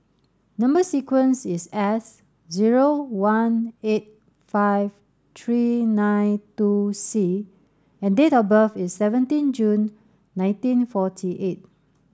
number sequence is S zero one eight five three nine two C and date of birth is seventeen June nineteen forty eight